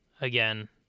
Again